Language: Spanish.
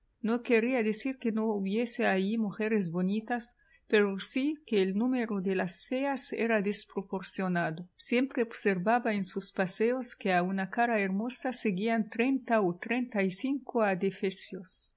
no quería decir que no hubiese allí mujeres bonitas pero sí que el número de las feas era desproporcionado siempre observaba en sus paseos que a una cara hermosa seguían treinta o treinta y cinco